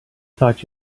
thought